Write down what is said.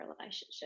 relationship